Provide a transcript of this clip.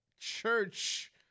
church